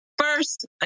first